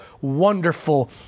wonderful